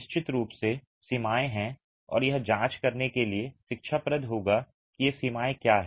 निश्चित रूप से सीमाएं हैं और यह जांच करने के लिए शिक्षाप्रद होगा कि ये सीमाएँ क्या हैं